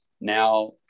now